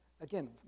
Again